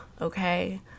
Okay